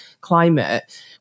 climate